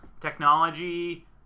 technology